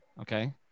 okay